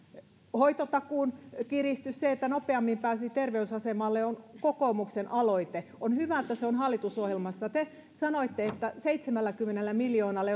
hoitotakuun kiristys se että nopeammin pääsisi terveysasemalle on kokoomuksen aloite on hyvä että se on hallitusohjelmassa te sanoitte että seitsemälläkymmenellä miljoonalla